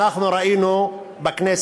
אנחנו ראינו בכנסת,